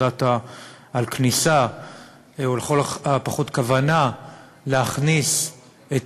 הודעת על כניסה או לכל הפחות כוונה להכניס את